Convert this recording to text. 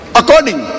according